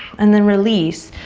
and then release,